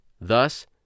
thus